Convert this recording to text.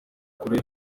kure